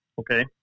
Okay